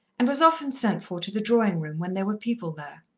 and was often sent for to the drawing-room when there were people there.